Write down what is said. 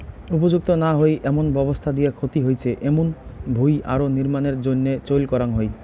উপযুক্ত না হই এমন ব্যবস্থা দিয়া ক্ষতি হইচে এমুন ভুঁই আরো নির্মাণের জইন্যে চইল করাঙ হই